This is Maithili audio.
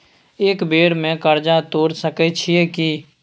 एक बेर में कर्जा तोर सके छियै की?